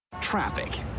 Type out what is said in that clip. Traffic